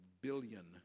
billion